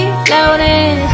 floating